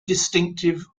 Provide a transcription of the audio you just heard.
distinctive